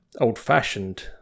old-fashioned